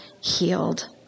healed